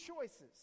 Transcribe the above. choices